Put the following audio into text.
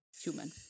human